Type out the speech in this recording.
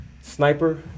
sniper